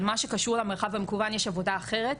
על מה שקשור למרחב המקוון יש עבודה אחרת,